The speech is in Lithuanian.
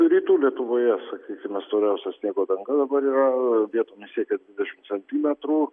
rytų lietuvoje sakykime storiausia sniego danga dabar yra vietomis siekia dvidešim centimetrų